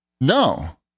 No